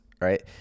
right